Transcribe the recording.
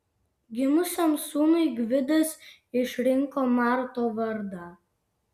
gimusiam sūnui gvidas išrinko marto vardą